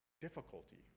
difficulty